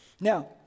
Now